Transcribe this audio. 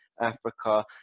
Africa